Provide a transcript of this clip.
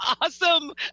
awesome